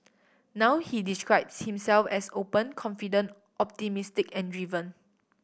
now he describes himself as open confident optimistic and driven